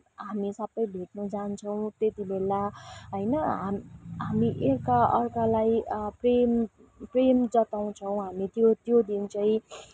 हामी सबै भेट्नु जान्छौँ त्यतिबेला होइन हा हामी एकअर्कालाई प्रेम प्रेम जताउँछौँ हामी त्यो त्यो दिन चाहिँ